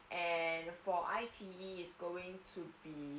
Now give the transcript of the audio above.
and for I_T_E is going to be